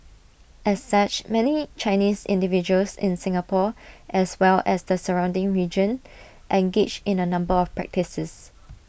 as such many Chinese individuals in Singapore as well as the surrounding region engage in A number of practices